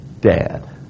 dad